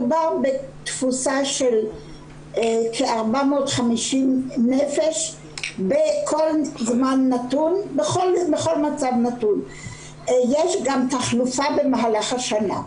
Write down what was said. מדובר בתפוסה של כ-450 נפש בכל זמן נתון ויש גם תחלופה במהלך השנה.